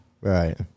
right